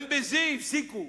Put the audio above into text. גם את זה הפסיקו.